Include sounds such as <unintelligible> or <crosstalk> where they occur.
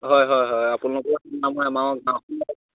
হয় হয় হয় <unintelligible>